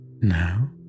Now